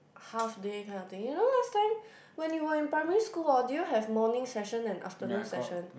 half day kind of thing you know last time when you were in primary school orh do you have morning session and afternoon session